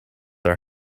are